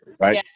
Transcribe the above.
Right